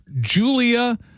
Julia